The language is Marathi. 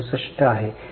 67 आहे